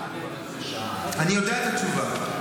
אתה יודע את התשובה.